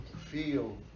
feel